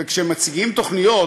וכשמציגים תוכניות,